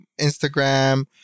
Instagram